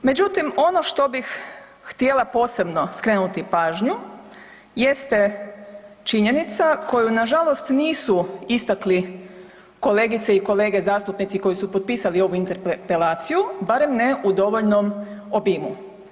Međutim, ono što bih htjela posebno skrenuti pažnju jeste činjenica koju nažalost nisu istakli kolegice i kolege zastupnici koji su potpisali ovu interpelaciju, barem ne u dovoljnom obimu.